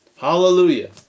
Hallelujah